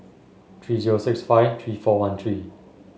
three zero six five three four one three